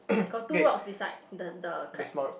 got two rocks beside the the crab